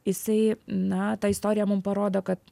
jisai na ta istorija mum parodo kad